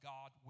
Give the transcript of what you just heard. God